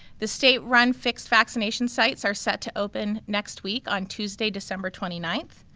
the state run fixed vaccination sites are set to open next week on tuesday, december twenty nine,